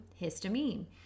histamine